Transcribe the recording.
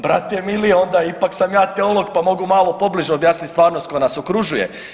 Brate mili onda ipak sam ja teolog, pa mogu malo pobliže objasniti stvarnost koja nas okružuje.